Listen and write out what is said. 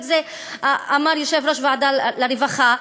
ואת זה אמר יושב-ראש ועדת הרווחה,